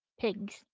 pigs